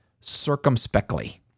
circumspectly